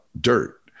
dirt